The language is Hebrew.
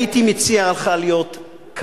הייתי מציע לך להיות קברן.